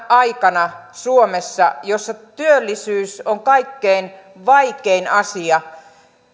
aikana suomessa jossa työllisyys on kaikkein vaikein asia